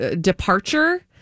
departure